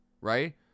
right